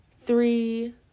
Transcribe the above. three